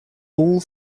all